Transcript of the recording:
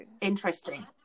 Interesting